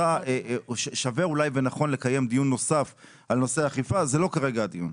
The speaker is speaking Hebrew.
אולי שווה ונכון לקיים דיון נוסף על נושא האכיפה אבל כרגע זה לא הדיון.